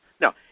Now